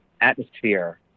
atmosphere